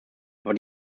aber